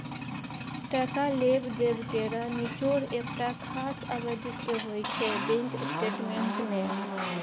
टका लेब देब केर निचोड़ एकटा खास अबधीक होइ छै बैंक स्टेटमेंट मे